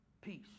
Peace